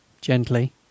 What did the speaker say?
gently